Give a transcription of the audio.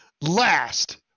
last